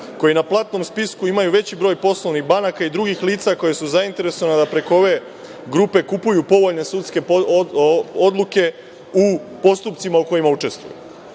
koji na platnom spisku imaju veći broj poslovnih banaka i drugih lica koja su zainteresovana da preko ove grupe kupuju povoljne sudske odluke u postupcima u kojima učestvuju? Dakle,